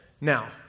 Now